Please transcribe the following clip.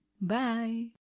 Bye